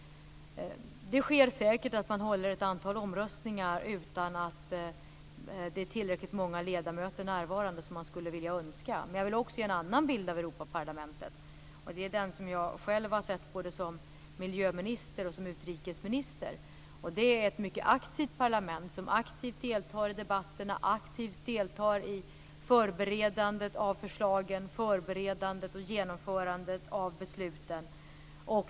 Det sker säkert att man håller ett antal omröstningar utan att det är tillräckligt många ledamöter närvarande, som man skulle önska. Men jag vill också ge en annan bild av Europaparlamentet. Det är den som jag själv har sett både som miljöminister och som utrikesminister. Det är en bild av ett mycket aktivt parlament som aktivt deltar i debatterna och aktivt deltar i förberedandet av förslagen och förberedandet och genomförandet av besluten.